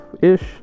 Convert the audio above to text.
ish